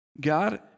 God